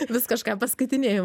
vis kažką paskaitinėju